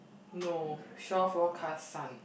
no shore forecast sun